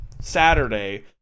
Saturday